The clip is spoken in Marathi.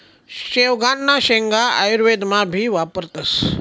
शेवगांना शेंगा आयुर्वेदमा भी वापरतस